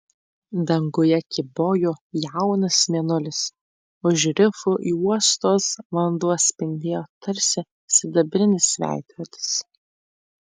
danguje kybojo jaunas mėnulis už rifų juostos vanduo spindėjo tarsi sidabrinis veidrodis